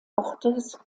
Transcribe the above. ortes